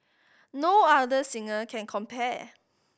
no other singer can compare